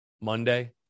Monday